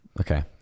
Okay